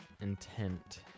intent